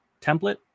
Template